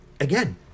again